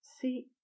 see